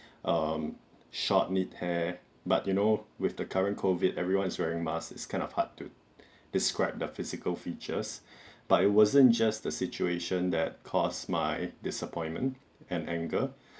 um short need hair but you know with the current COVID everyone's wearing masks is kind of hard to describe the physical features but it wasn't just the situation that cost my disappointment and anger